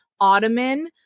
ottoman